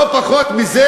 לא פחות מזה.